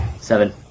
Seven